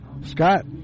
Scott